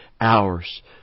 hours